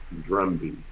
drumbeat